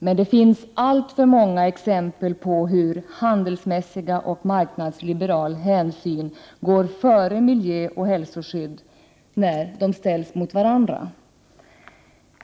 Men det finns alltför många exempel på hur handelsmässiga och marknadsliberala hänsyn går före miljöoch hälsoskydd när de ställs mot varandra.